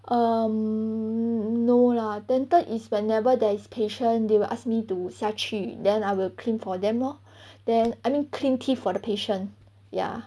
um no lah dental is whenever there is patient they will ask me to 下去 then I will clean for them lor then I mean clean teeth for the patient ya